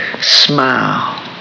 Smile